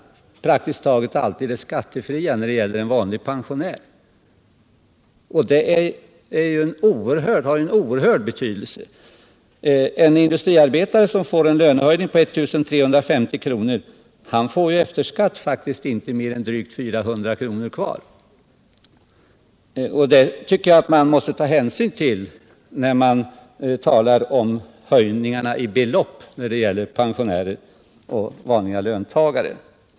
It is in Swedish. praktiskt taget alltid är skattefria när det gäller vanliga pensionärer. Det har oerhörd betydelse. En industriarbetare som får en lönehöjning på 1 350 kr. får ju efter skatt faktiskt inte mer än 400 kr. kvar. Det tycker jag man måste ta hänsyn till, när man talar om höjningarna i belopp när det gäller pensionärer och vanliga löntagare.